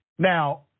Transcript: Now